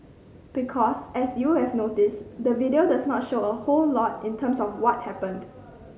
because as you would have noticed the video doesn't show a whole lot in terms of what happened